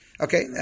Okay